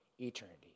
eternity